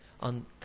on